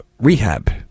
rehab